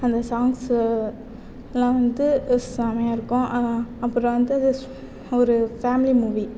அந்த சாங்ஸ்யெல்லாம் வந்து செமையாருக்கும் அப்புறம் வந்து ஒரு ஃபேமிலி மூவி